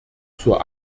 zur